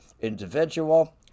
individual